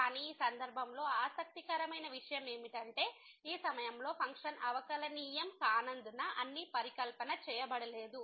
కానీ ఈ సందర్భంలో ఆసక్తికరమైన విషయం ఏమిటంటే ఈ సమయంలో ఫంక్షన్ అవకలనియమం కానందున అన్ని పరికల్పన చేయబడలేదు